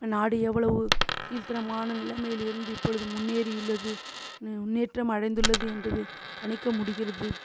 நாடு எவ்வளவு கீழ்த்தரமான நிலைமையில் இருந்து இப்பொழுது முன்னேறி உள்ளது ந முன்னேற்றம் அடைந்துள்ளது என்றது கணிக்க முடிகிறது